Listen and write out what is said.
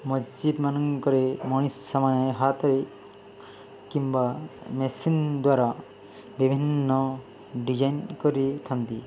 ମସଜିଦମାନଙ୍କରେ ମଣିଷମାନେ ହାତରେ କିମ୍ବା ମେସିନ୍ ଦ୍ୱାରା ବିଭିନ୍ନ ଡିଜାଇନ୍ କରିଥାନ୍ତି